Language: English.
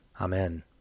Amen